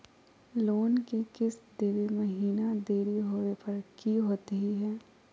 Loan के किस्त देवे महिना देरी होवे पर की होतही हे?